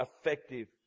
effective